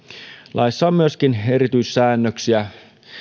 laissa on myöskin erityissäännöksiä